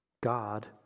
God